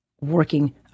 working